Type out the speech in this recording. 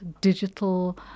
digital